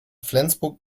flensburg